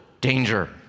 danger